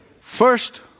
First